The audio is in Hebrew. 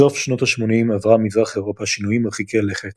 בסוף שנות ה-80 עברה מזרח אירופה שינויים מרחיקי לכת